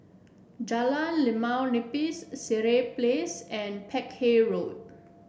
Jalan Limau Nipis Sireh Place and Peck Hay Road